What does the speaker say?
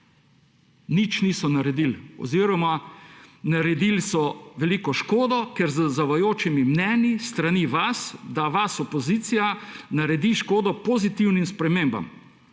nič niso naredili oziroma naredili so veliko škodo, ker se z zavajajočimi mnenji s strani vas, opozicije, naredi škodo pozitivnim spremembam.